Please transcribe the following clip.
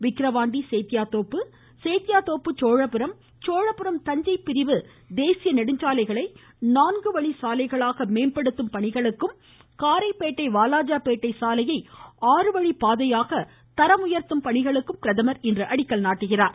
விக்கிரவாண்டி சேத்தியாதோப்பு சேத்தியாதோப்பு சோழபுரம் சோழபுரம் தஞ்சாவூர் பிரிவு தேசிய நெடுஞ்சாலைகளை நான்குவழி சாலைகளாக மாற்றும் பணிகளுக்கும் காரைப்பேட்டை வாலாஜாபேட்டை சாலையை ஆறுவழி பாதையாக மாற்றும் பணிகளுக்கும் பிரதமர் இன்று அடிக்கல் நாட்டுகிறார்